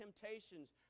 temptations